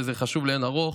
שזה חשוב לאין ערוך.